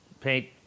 paint